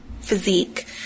physique